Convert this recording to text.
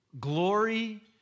glory